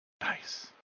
Nice